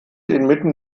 inmitten